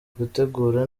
gutegura